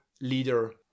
leader